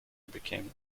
became